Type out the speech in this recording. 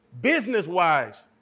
Business-wise